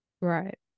Right